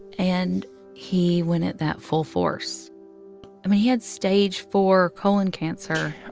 and he went at that full force. i mean, he had stage four colon cancer.